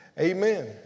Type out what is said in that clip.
Amen